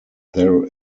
there